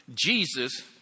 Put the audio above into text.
Jesus